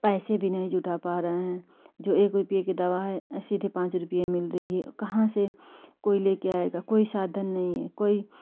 पैसे भी नहीं जुटा पा रहे हैं जो एक रुपये की दवा है सीधे पाँच रूपये में मिल रही है कहाँ से कोई लेकर आएगा कोई साधन नहीं है कोई